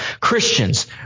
Christians